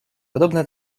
подобное